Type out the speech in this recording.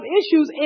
issues